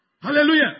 Hallelujah